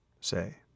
say